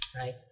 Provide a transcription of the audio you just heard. right